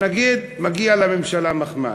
נגיד, מגיע לממשלה מחמאה.